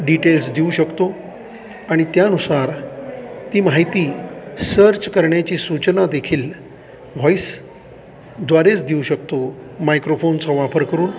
details देऊ शकतो आणि त्यानुसार ती माहिती सर्च करण्याची सूचना देखील व्हॉईसद्वारेच देऊ शकतो मायक्रोफोनचा वापर करून